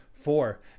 Four